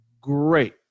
Great